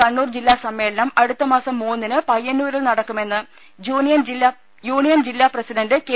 കണ്ണൂർ ജില്ലാ സമ്മേളനം അടുത്ത മാസം മൂന്നിന് പയ്യന്നൂരിൽ നടക്കുമെന്ന് യൂണിയൻ ജില്ല പ്രസിഡന്റ് കെ